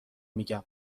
میگم